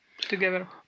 together